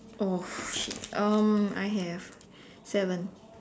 oh shit um I have seven